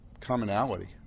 commonality